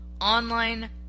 online